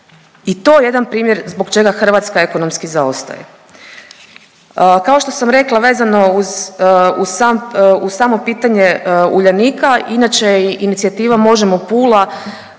I to je jedan primjer zbog čega Hrvatska ekonomski zaostaje. Kao što sam rekla vezano uz, uz sam, uz samo pitanje Uljanika inače je i inicijativa Možemo! Pula